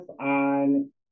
on